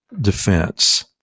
defense